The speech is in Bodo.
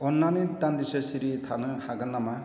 अन्नानै दान्दिसे सिरि थानो हागोन नामा